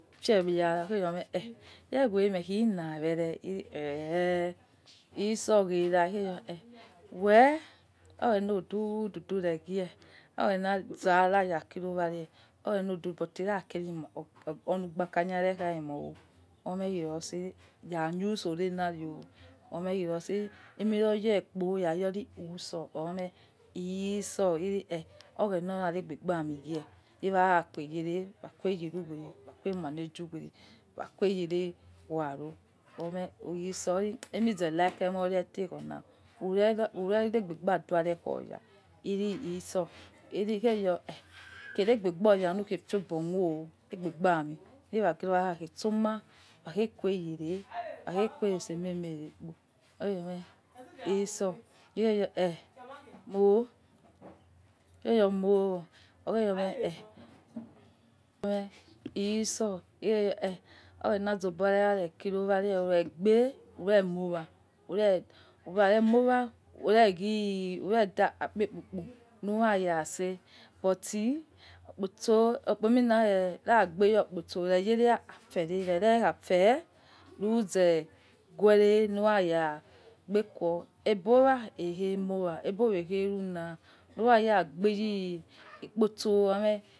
Otse be ara oghe yiome eh! Yeghueme khina were ehi iso ghera wel oghena ochidi chidi, neghe oghena na ya kici owa reye, but kha kere uhigbakakha rekha emo, oyo khi soso ya khu so relari ome khi so so emo ye kpo ya yo khusol oyeme iso lisoh. lyo eh! Oghena ora khuagbe ba'ami ghe luwa kha kuegeri wakhuyele manage uwele, wakhu yele ghuare ome iso on aimeze like emore likho na, uredegbe badua nekhaoya iso lyio kheyo eh! Kere agbebo ya lukhon phiobo khio aigbebaumin tu wa ghiro wam ko soma wa que nele waque tse tse ememe erara kpo oghe yeme iso, eh! Mo ireyo mo mowo oci yeme ehi iso iro eh oghena ba a rio rekin owa regbe ure mowa ukhare mowa ureghi uredi akpepupu. luya she pkposo kha gbeyo okposo ire yefe afe re, re re afe luze gwe re luya gbequo ebowa ighe mowa ebowa eghe rula, lughe gbe yi kposo.